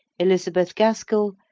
elizabeth gaskell,